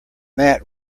mat